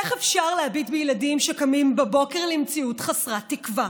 איך אפשר להביט בילדים שקמים בבוקר למציאות חסרת תקווה?